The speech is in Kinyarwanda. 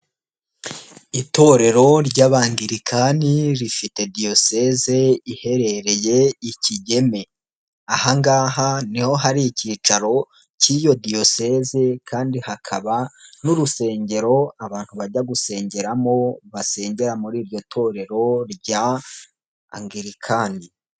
Itorero ry'Abangilikani rifite diyoseze iherereye i Kigeme, aha ngaha ni ho hari ikicaro k'iyo diyoseze kandi hakaba n'urusengero abantu bajya gusengeramo basengera muri iryo torero rya Angilikani.